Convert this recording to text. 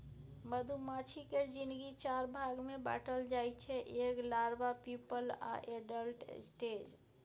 मधुमाछी केर जिनगी चारि भाग मे बाँटल जाइ छै एग, लारबा, प्युपल आ एडल्ट स्टेज